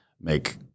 make